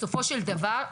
בסופו של דבר,